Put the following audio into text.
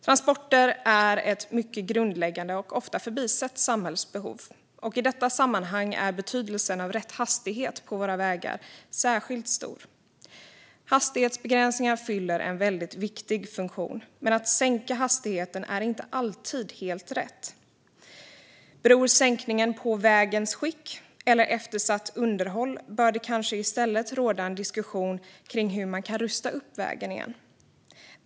Transporter är ett mycket grundläggande och ofta förbisett samhällsbehov. I detta sammanhang är betydelsen av rätt hastighet på våra vägar särskilt stor. Hastighetsbegränsningar fyller en väldigt viktig funktion, men att sänka hastigheten är inte alltid helt rätt. Beror sänkningen på vägens skick eller eftersatt underhåll bör det kanske i stället råda en diskussion kring hur man kan rusta upp vägen igen.